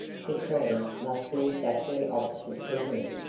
katrine must be exactly opposite to him.